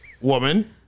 Woman